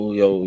yo